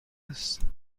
است